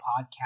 podcast